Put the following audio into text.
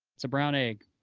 it's a brown egg.